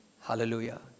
Hallelujah